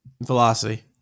Velocity